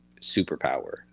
superpower